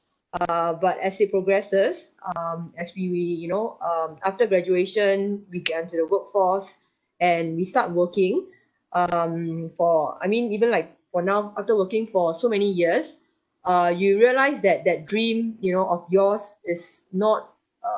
err but as it progresses um as we we you know um after graduation we get into the workforce and we start working um for I mean even like for now after working for so many years uh you realise that that dream you know of yours is not err